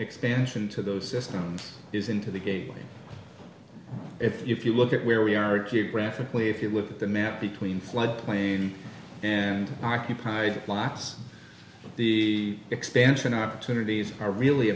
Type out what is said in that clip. expansion to those systems is into the game if you look at where we are geographically if you look at the map between floodplain and occupied blocks the expansion opportunities are really